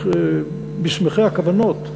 מסמכי הכוונות,